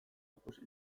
ikusi